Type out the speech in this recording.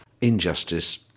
injustice